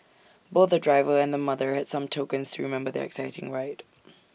both the driver and the mother had some tokens to remember their exciting ride